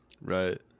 Right